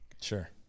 Sure